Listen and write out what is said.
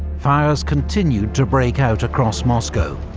fires continued to break out across moscow,